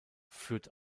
führt